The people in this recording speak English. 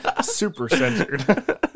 Super-centered